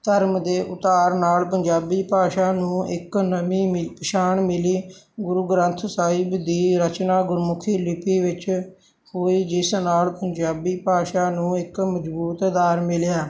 ਧਰਮ ਦੇ ਉਤਾਰ ਨਾਲ ਪੰਜਾਬੀ ਭਾਸ਼ਾ ਨੂੰ ਇਕ ਨਵੀਂ ਮਿ ਪਛਾਣ ਮਿਲੀ ਗੁਰੂ ਗ੍ਰੰਥ ਸਾਹਿਬ ਦੀ ਰਚਨਾ ਗੁਰਮੁਖੀ ਲਿੱਪੀ ਵਿੱਚ ਹੋਈ ਜਿਸ ਨਾਲ ਪੰਜਾਬੀ ਭਾਸ਼ਾ ਨੂੰ ਇੱਕ ਮਜ਼ਬੂਤ ਅਧਾਰ ਮਿਲਿਆ